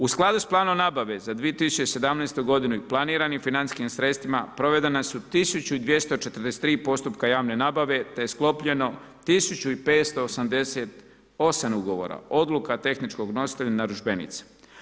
U skladu s planom nabave za 2017. godinu i planiranim financijskim sredstvima, provedene su 1243 postupka javne nabave te je sklopljeno 1588 ugovora, odluka tehničkog nositelja i narudžbenica.